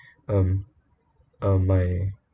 um my